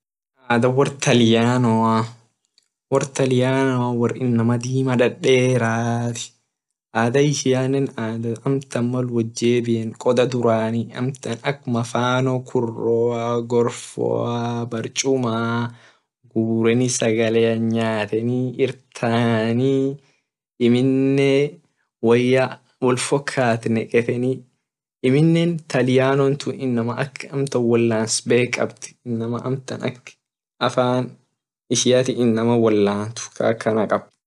Adha wor talianoa wor taliano wor inama dima dadera adha ishiane adha mal amtan wot jebien amtan ka mafano kuroa gorfoa barchuma gureni sagalean nyateni amtan amine woya wol fokat neketi.